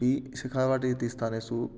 B Shekhawat इति स्थानेषु